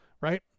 right